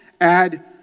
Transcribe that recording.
add